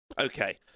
Okay